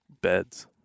beds